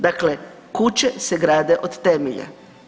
Dakle, kuće se grade od temelja.